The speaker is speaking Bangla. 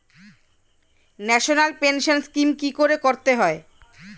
ন্যাশনাল পেনশন স্কিম কি করে করতে পারব?